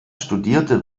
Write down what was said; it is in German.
studierte